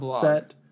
set